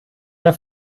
der